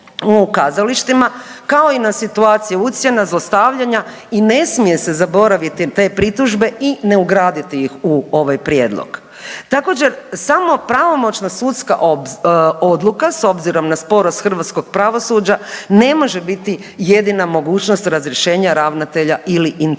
kao i na situacije ucjena, zlostavljanja i ne smije se zaboraviti te pritužbe i ne ugraditi ih u ovaj prijedlog. Također samo pravomoćna sudska odluka s obzirom na sporost hrvatskog pravosuđa ne može biti jedina mogućnost razrješenja ravnatelja ili intendanta.